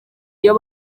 iyo